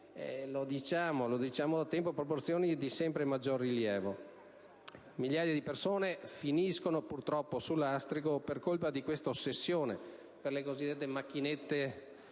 come diciamo da tempo, proporzioni di sempre maggior rilievo. Migliaia di persone finiscono purtroppo sul lastrico per colpa dell'ossessione per le cosiddette macchinette